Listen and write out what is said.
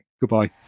goodbye